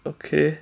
okay